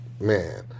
man